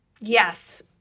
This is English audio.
Yes